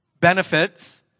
benefits